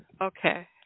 okay